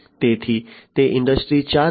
તેથી તે ઇન્ડસ્ટ્રી 4